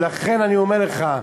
ולכן אני אומר לך: